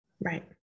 Right